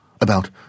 About